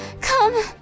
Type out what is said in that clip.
come